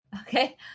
okay